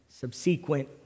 Subsequent